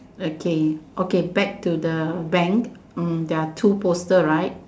okay okay back to the bank there are two poster right